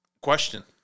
question